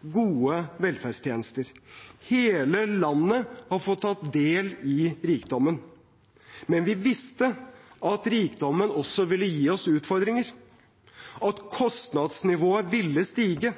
gode velferdstjenester Hele landet har fått ta del i rikdommen, men vi visste at rikdommen også ville gi oss utfordringer – at kostnadsnivået ville stige,